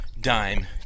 dime